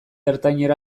ertainera